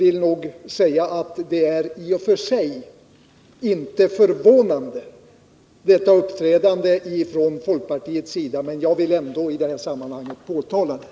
I och för sig är detta uppträdande från folkpartiets sida inte förvånande, men jag vill ändå i detta sammanhang påtala det.